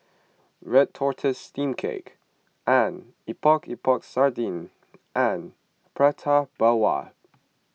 Red Tortoise Steamed Cake and Epok Epok Sardin and Prata Bawang